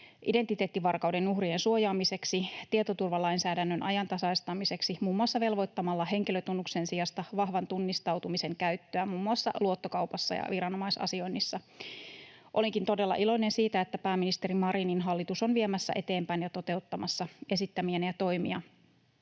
identiteettivarkauden uhrien suojaamiseksi ja tietoturvalainsäädännön ajantasaistamiseksi muun muassa velvoittamalla henkilötunnuksen sijasta vahvan tunnistautumisen käyttöä muun muassa luottokaupassa ja viranomaisasioinnissa. Olenkin todella iloinen siitä, että pääministeri Marinin hallitus on viemässä eteenpäin ja toteuttamassa esittämiäni toimia.